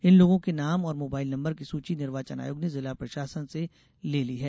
इन लोगों के नाम और मोबाइल नंबर की सूची निर्वाचन आयोग ने जिला प्रशासन से ले ली है